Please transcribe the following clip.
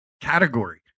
category